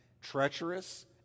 treacherous